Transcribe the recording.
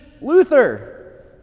Luther